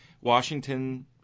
Washington